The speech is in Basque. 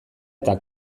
eta